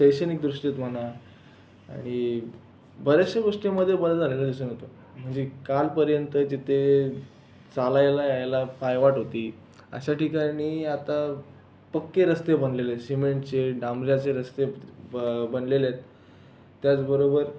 शैक्षणिकदृष्टीत म्हणा आणि बऱ्याचशा गोष्टींमध्ये बदल झालेला दिसून येतो म्हणजे कालपर्यंत जिथे चालायला यायला पायवाट होती अशा ठिकाणी आता पक्के रस्ते बनलेले आहेत शिमेंटचे डांबराचे रस्ते बनलेले आहेत त्याचबरोबर